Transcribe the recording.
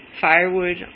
firewood